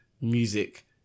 music